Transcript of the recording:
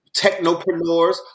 Technopreneurs